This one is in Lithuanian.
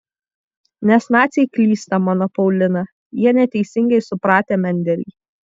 nes naciai klysta mano paulina jie neteisingai supratę mendelį